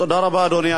תודה רבה, אדוני.